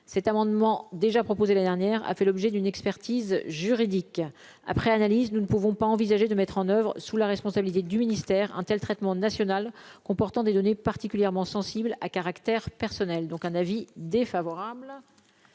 cet amendement déjà proposé la dernière a fait l'objet d'une expertise juridique après analyse, nous ne pouvons pas envisager de mettre en oeuvre sous la responsabilité du ministère un tel traitement national comportant des données particulièrement sensibles à caractère personnel, donc un avis défavorable,